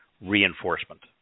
reinforcement